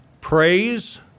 praise